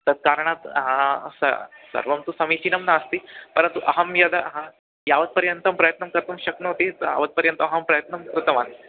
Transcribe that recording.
तत् कारणात् सः सर्वं तु समीचीनं नास्ति परन्तु अहं यद् हा यावत् पर्यन्तं प्रयत्नं कर्तुं शक्नोमि तावत् पर्यन्तमहं प्रयत्नं कृतवान्